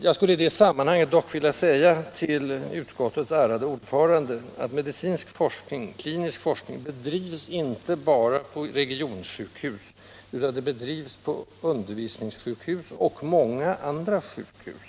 — Jag skulle i detta sammanhang vilja säga till utskottets ärade ordförande att klinisk forskning inte bara bedrivs på regionsjukhus — klinisk forskning bedrivs på alla undervisningssjukhus och på många andra sjukhus.